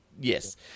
Yes